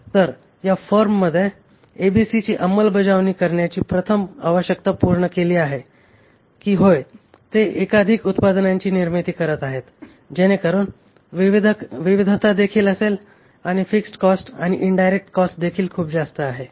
तर या फर्ममध्ये एबीसीची अंमलबजावणी करण्याची प्रथम आवश्यकता पूर्ण केली आहे की होय ते एकाधिक उत्पादनांची निर्मिती करीत आहेत जेणेकरून विविधता देखील असेल आणि फिक्स्ड कॉस्ट आणि इनडायरेक्ट कॉस्ट देखील खूप जास्त आहे